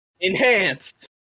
Enhanced